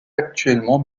actuellement